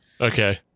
Okay